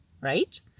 right